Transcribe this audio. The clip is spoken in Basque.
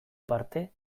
parte